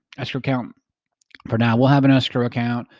escrow account for now, we'll have an escrow account.